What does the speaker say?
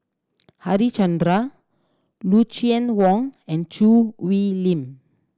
Harichandra Lucien Wang and Choo Hwee Lim